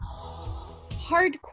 hardcore